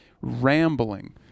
rambling